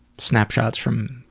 snapshots from